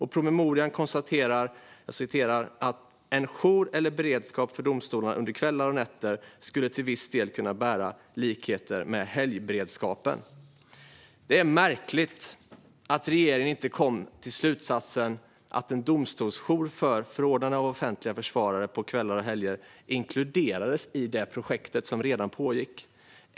I promemorian konstateras att en jour eller beredskap för domstolarna under kvällar och nätter till viss del skulle kunna bära likheter med helgberedskapen. Det är märkligt att regeringen inte kom till slutsatsen att en domstolsjour för förordnande av offentliga försvarare på kvällar och helger skulle inkluderas i det projekt som redan pågick.